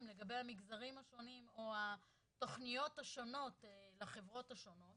לגבי המגזרים השונים או התכניות השונות לחברות השונות